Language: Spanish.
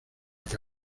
que